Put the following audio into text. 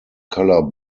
color